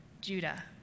Judah